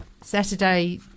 saturday